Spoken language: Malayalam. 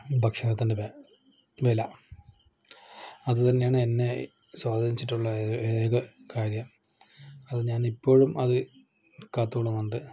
ഭക്ഷണത്തിൻ്റെ വില അതുതന്നെയാണ് എന്നെ സ്വാധീനിച്ചിട്ടുള്ള ഏക കാര്യം അത് ഞാൻ ഇപ്പോഴും അത് കാത്ത് കൊള്ളുന്നുണ്ട്